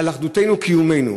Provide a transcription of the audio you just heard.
אחדותנו קיומנו.